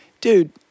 Dude